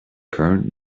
current